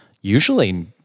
Usually